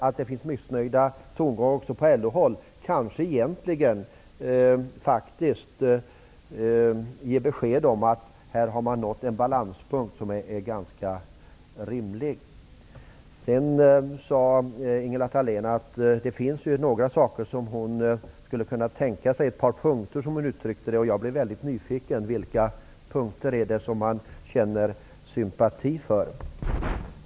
Att det finns missnöjestongångar också på LO-håll ger faktiskt besked om att man här har nått en balanspunkt som är ganska rimlig. Vidare säger Ingela Thalén att det finns ett par punkter som hon skulle kunna tänka sig att stödja, som hon uttryckte det. Jag blir väldigt nyfiken: Vilka punkter är det som hon känner sympati för?